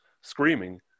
screaming